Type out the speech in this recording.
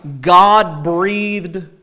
God-breathed